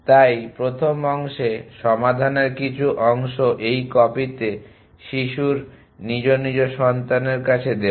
তাই প্রথম অংশে সমাধানের কিছু অংশ এই কপিতে শিশুর নিজ নিজ সন্তানের কাছে দেওয়া